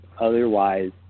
Otherwise